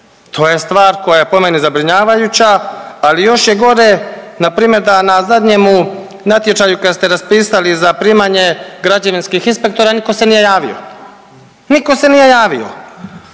To je stvar koja je po meni zabrinjavajuća, ali još je gore npr. da na zadnjemu natječaju kad ste raspisali za primanje građevinskih inspektora nitko se nije javio. Niko se nije javio,